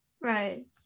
Right